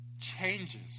changes